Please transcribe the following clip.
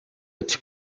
its